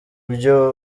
byo